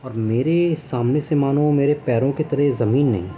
اور میرے سامنے سے مانو میرے پیروں کے تلے زمین نہیں